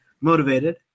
motivated